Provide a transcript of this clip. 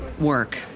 work